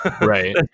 Right